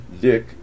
Dick